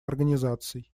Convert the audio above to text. организаций